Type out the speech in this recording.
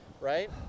right